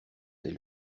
elle